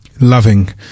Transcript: loving